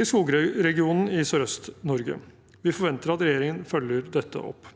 i skogregionen i Sørøst-Norge. Vi forventer at regjeringen følger dette opp.